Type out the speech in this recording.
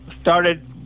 started